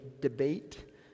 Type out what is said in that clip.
debate